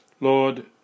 Lord